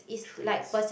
tricks